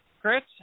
Chris